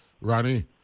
Ronnie